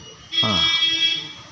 ᱦᱮᱸ